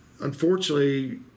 unfortunately